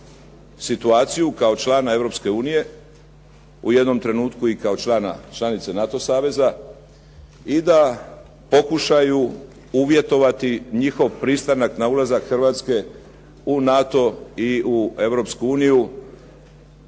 situaciju kao člana Europske unije, u jednom trenutku i kao članice NATO saveza i da pokušaju uvjetovati njihov pristanak na ulazak Hrvatske u NATO i u Europsku uniju